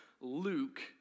Luke